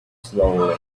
slowly